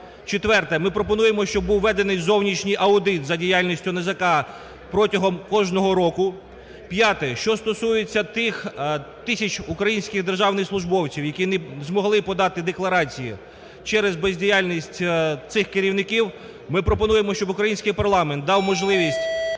Четверте: ми пропонуємо, щоб введений зовнішній аудит за діяльністю НАЗК протягом кожного року. П'яте, що стосується тих тисяч українських державних службовців, які не змогли подати декларації через бездіяльність цих керівників, ми пропонуємо, щоб українських парламент дав можливість